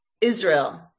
Israel